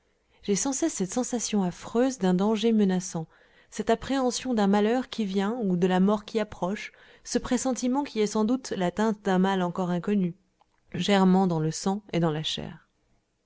j'ai sans cesse cette sensation affreuse d'un danger menaçant cette appréhension d'un malheur qui vient ou de la mort qui approche ce pressentiment qui est sans doute l'atteinte d'un mal encore inconnu germant dans le sang et dans la chair